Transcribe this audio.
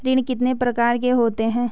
ऋण कितने प्रकार के होते हैं?